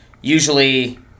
usually